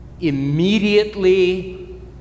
immediately